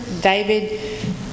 David